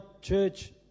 Church